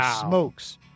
smokes